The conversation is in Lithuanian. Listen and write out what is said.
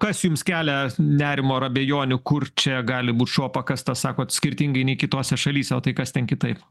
kas jums kelia nerimo ar abejonių kur čia gali būt šuo pakastas sakot skirtingai nei kitose šalyse o tai kas ten kitaip